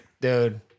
dude